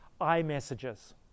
iMessages